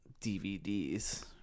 DVDs